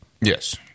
Yes